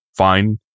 Fine